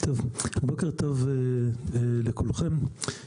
בוקר טוב לכולכם.